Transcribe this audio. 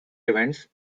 events